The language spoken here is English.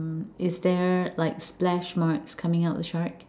mm is there like splash marks coming out of the shark